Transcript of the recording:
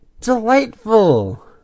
delightful